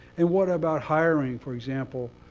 and what about hiring, for example,